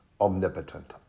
omnipotent